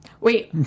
Wait